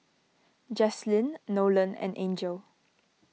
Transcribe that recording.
Jaslene Nolen and Angel